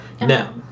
Now